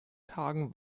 tagen